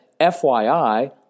FYI